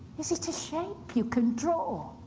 is it a shape you can draw?